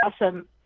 awesome